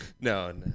no